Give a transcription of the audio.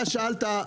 אתה שאלת,